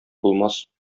булмас